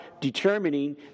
determining